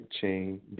chain